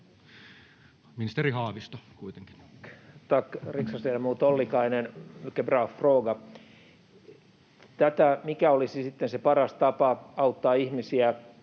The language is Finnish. ministeri Haavisto? Tack, riksdagsledamot Ollikainen. Mycket bra fråga. Tässä, mikä olisi sitten se paras tapa auttaa ihmisiä